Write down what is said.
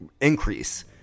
increase